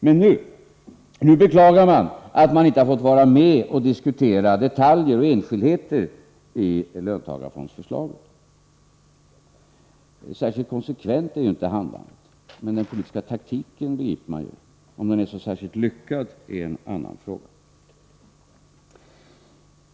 Men nu beklagar man att man inte fått vara med och diskutera detaljer och enskildheter i löntagarfondsförslaget. Särskilt konsekvent är ju inte handlandet, men den politiska taktiken begriper man ju. Om den är så särskilt lyckad är en annan fråga.